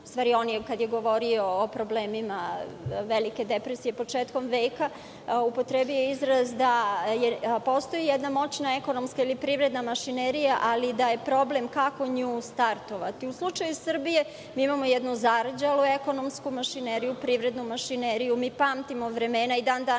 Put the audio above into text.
u stvari on je, kada je govorio o problemima velike depresije početkom veka, upotrebio izraz da postoji jedna moćna ekonomska ili privredna mašinerija, ali da je problem kako nju startovati?U slučaju Srbije, mi imamo jednu zarđalu ekonomsku mašineriju, privrednu mašineriju. Mi pamtimo vremena, i dan danas